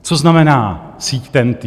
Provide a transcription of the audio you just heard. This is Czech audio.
Co znamená síť TENT?